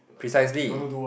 precisely